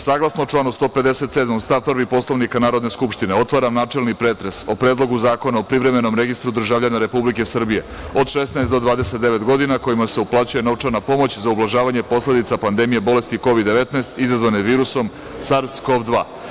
Saglasno članu 157. stav 1. Poslovnika Narodne skupštine otvaram načelni pretres o Predlogu zakona o Privremenom registru državljana Republike Srbije od 16 do 29 godina, kojima se uplaćuje novčana pomoć za ublažavanje posledica pandemije bolesti COVID-19 izazvane virusom SARS-CoV-2.